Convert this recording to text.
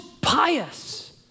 pious